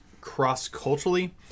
cross-culturally